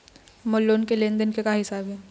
मोर loan के लेन देन के का हिसाब हे?